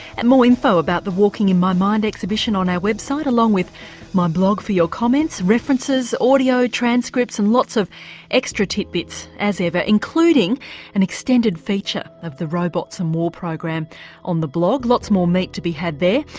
and more info about the walking in my mind exhibition on our website, along along with my blog for your comments, references, audio, transcripts and lots of extra titbits as ever, including an extended feature of the robots and um war program on the blog, lots more meat to be had there.